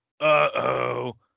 Uh-oh